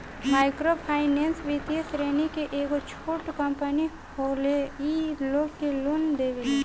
micro finance वित्तीय श्रेणी के एगो छोट कम्पनी होले इ लोग के लोन देवेले